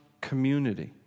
community